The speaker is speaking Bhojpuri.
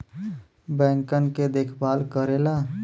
बैंकन के देखभाल करेला